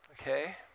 Okay